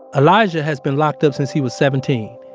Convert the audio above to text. elijah has been locked up since he was seventeen.